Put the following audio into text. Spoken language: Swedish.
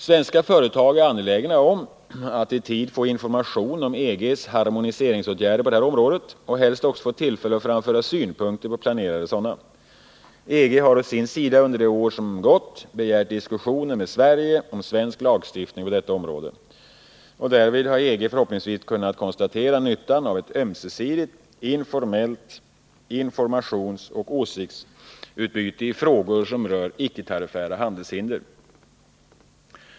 Svenska företag är angelägna om att i tid få information om EG:s harmoniseringsåtgärder på detta område och helst också få tillfälle att framföra synpunkter på planerade sådana. EG har å sin sida under det år som gått begärt diskussioner med Sverige om svensk lagstiftning på detta område. Därvid har EG förhoppningsvis kunnat konstatera nyttan av ett ömsesidigt informellt informationsoch åsiktsutbyte i frågor som rör icke-tariffära handelshinder.